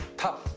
top.